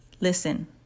listen